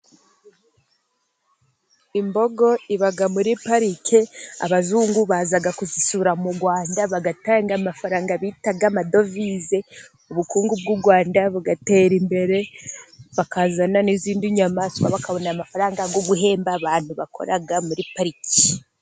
Imbogo iba muri parike, abazungu baza kuzisura mu Rwanda batanga amafaranga bita amadovize, ubukungu bw'u Rwanda bugatera imbere bakazana n'izindi nyamaswa, bakabona amafaranga yo guhemba abantu bakora muri pariki.